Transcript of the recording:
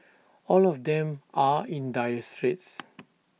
all of them are in dire straits